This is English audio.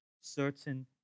certain